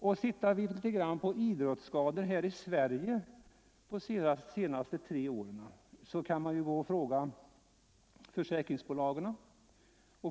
När det gäller idrottsskador här i Sverige under de senaste tre åren kan vi fråga försäkringsbolagen. BI.